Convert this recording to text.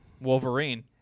Wolverine